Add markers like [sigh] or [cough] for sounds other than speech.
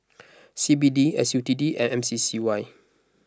[noise] C B D S U T D and M C C Y